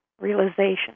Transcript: realization